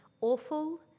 awful